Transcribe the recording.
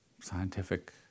scientific